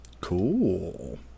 Cool